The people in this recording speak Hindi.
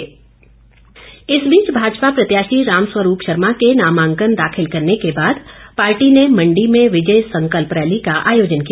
संकल्प रैली इस बीच भाजपा प्रत्याशी राम स्वरूप शर्मा के नामांकन दाखिल करने के बाद पार्टी में मण्डी में विजय संकल्प रैली का आयोजन किया